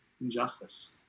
injustice